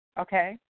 okay